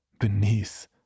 beneath